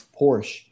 Porsche